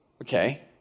Okay